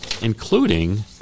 including